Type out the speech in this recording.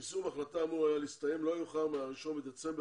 יישום ההחלטה אמור היה להסתיים לא יאוחר מ-1 בדצמבר